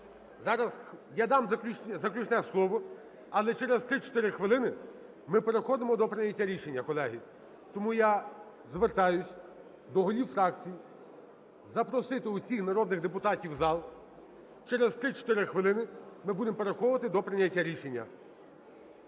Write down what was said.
я дам заключне слово, але через 3-4 хвилини ми переходимо до прийняття рішення, колеги. Тому я звертаюсь до голів фракцій запросити усіх народних депутатів в зал, через 3-4 хвилини ми будемо переходити до прийняття рішення.